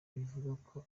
bivugwa